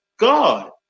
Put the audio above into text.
God